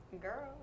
Girl